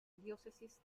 diócesis